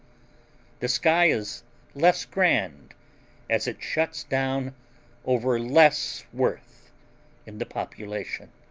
the sky is less grand as it shuts down over less worth in the population.